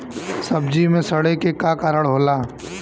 सब्जी में सड़े के का कारण होला?